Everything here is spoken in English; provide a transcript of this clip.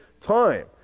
time